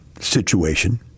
situation